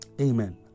Amen